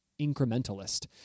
incrementalist